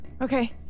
Okay